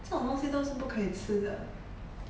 这种东西都是不可以吃的